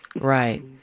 right